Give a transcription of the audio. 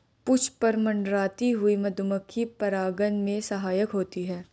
पुष्प पर मंडराती हुई मधुमक्खी परागन में सहायक होती है